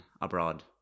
abroad